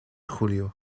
julio